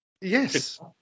Yes